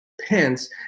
Pence